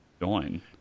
join